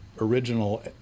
original